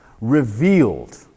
Revealed